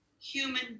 human